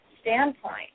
standpoint